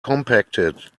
compacted